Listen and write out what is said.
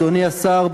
אדוני השר,